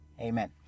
Amen